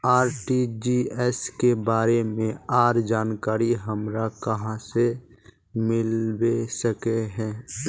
RTGS के बारे में आर जानकारी हमरा कहाँ से मिलबे सके है?